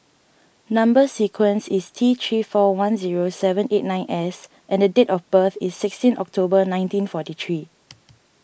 Number Sequence is T three four one zero seven eight nine S and the date of birth is sixteen October nineteen forty three